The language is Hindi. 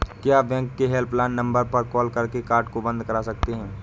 क्या बैंक के हेल्पलाइन नंबर पर कॉल करके कार्ड को बंद करा सकते हैं?